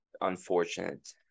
unfortunate